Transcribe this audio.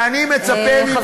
ואני מצפה ממך,